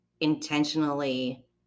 intentionally